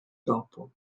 dopo